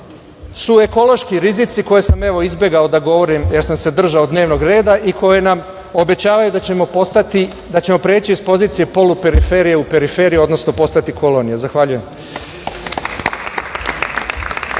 su ekološki rizici koje sam evo izbegao da govorim, jer sam se držao dnevnog reda, i koje nam obećavaju da ćemo poreći iz pozicije polu periferija u periferiju, odnosno postati kolonija. Zahvaljujem.